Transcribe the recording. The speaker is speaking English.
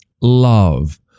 love